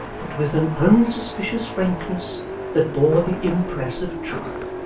but with an unsuspicious frankness that bore the impress of truth.